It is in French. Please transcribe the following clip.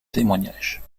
témoignage